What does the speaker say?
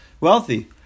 wealthy